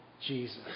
Jesus